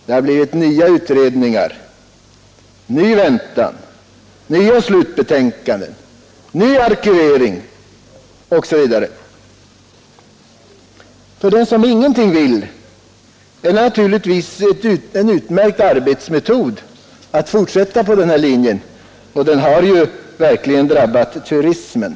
Det har blivit ny utredning, ny väntan, nya slutbetänkanden, ny arkivering osv. För den som ingenting vill är det naturligtvis en utmärkt arbetsmetod att fortsätta på den här linjen. Den har verkligen drabbat turismen.